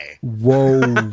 whoa